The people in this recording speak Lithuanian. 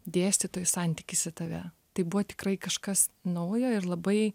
dėstytojų santykis į tave tai buvo tikrai kažkas naujo ir labai